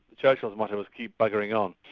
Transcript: churchill's motto was keep buggering on